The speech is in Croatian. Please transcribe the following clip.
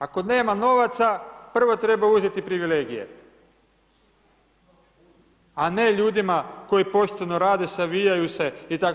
Ako nema novaca, prvo treba uzeti privilegije, a ne ljudima koji pošteno rade, savijaju se i tako.